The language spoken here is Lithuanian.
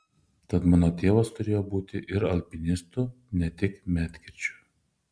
tad mano tėvas turėjo būti ir alpinistu ne tik medkirčiu